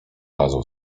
razu